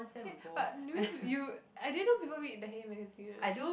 hey but you I didn't know people read the hey magazine one